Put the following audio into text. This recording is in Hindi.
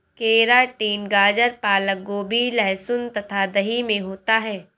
केराटिन गाजर पालक गोभी लहसुन तथा दही में होता है